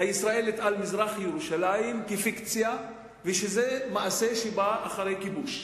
הישראלית על מזרח-ירושלים כפיקציה ומעשה שבא אחרי כיבוש.